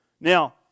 Now